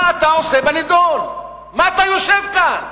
מה אתה עושה בנדון, מה אתה יושב כאן?